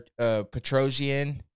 Petrosian